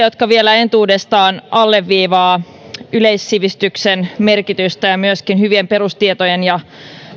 jotka vielä entuudestaan alleviivaavat yleissivistyksen merkitystä ja myöskin hyvien perustietojen ja